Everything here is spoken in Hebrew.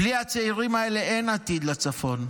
בלי הצעירים האלה אין עתיד לצפון.